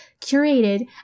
curated